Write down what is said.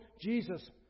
Jesus